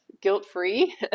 guilt-free